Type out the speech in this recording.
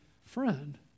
friend